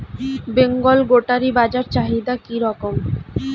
Bengal goatery বাজার চাহিদা কি রকম?